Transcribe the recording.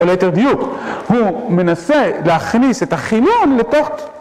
אלא יותר דיוק, הוא מנסה להכניס את החילון לתוך ת-